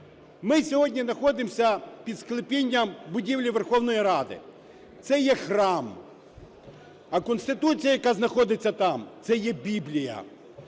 Ми сьогодні знаходимося під склепінням будівлі Верховної Ради, це є храм, а Конституція, яка знаходиться там, - це є Біблія.